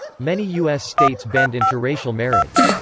many u s. states banned interracial marriage.